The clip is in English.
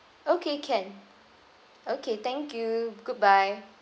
okay can okay thank you goodbye